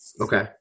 Okay